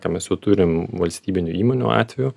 ką mes jau turim valstybinių įmonių atveju